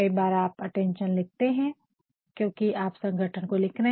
कई बार आप अटेंशन लिखते है क्योकि आप संगठन को लिख रहे है